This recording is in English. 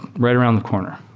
right around the corner.